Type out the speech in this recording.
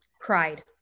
cried